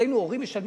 אצלנו הורים משלמים.